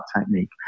technique